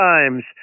Times